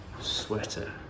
sweater